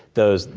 those,